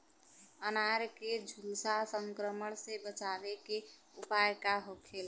अनार के झुलसा संक्रमण से बचावे के उपाय का होखेला?